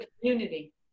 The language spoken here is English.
community